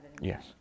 Yes